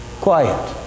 Quiet